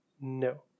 No